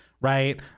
right